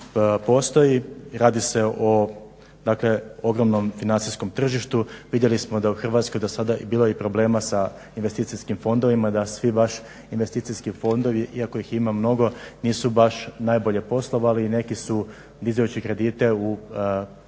postoji. Radi se o ogromnom financijskom tržištu. Vidjeli smo da je u Hrvatskoj i do sada bilo problema sa investicijskim fondovima, da svi baš investicijski fondovi iako ih ima mnogo nisu baš najbolje poslovali, neki su dizajući kredite u nekim